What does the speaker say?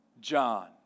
John